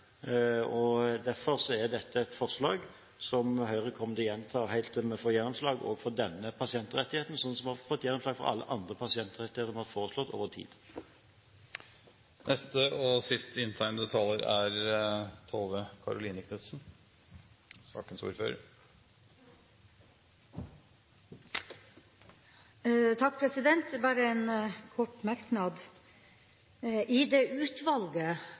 Derfor er dette et forslag som Høyre kommer til å gjenta helt til vi får gjennomslag også for denne pasientrettigheten, slik vi har fått gjennomslag for alle andre pasientrettigheter vi har foreslått over tid. Bare en kort merknad. I det utvalget som har utredet funksjonsfordeling mellom primærhelsetjenesten og spesialisthelsetjenesten når det gjelder rehabilitering, har det vært flere brukerorganisasjoner med. Utvalget